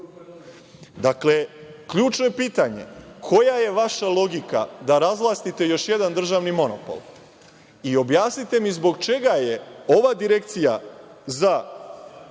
vlasti. Dakle, ključno pitanje – koja je vaša logika da razvlastite još jedan državni monopol? I objasnite mi zbog čega je Direkcija za